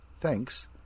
Thanks